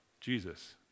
Jesus